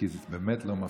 כי זה באמת לא מפחיד.